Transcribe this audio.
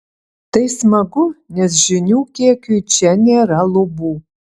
tai smagu nes žinių kiekiui čia nėra lubų